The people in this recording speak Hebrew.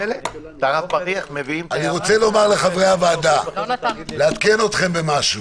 אני רוצה לעדכן את חברי הוועדה במשהו.